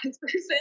person